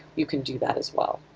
you can do that as well.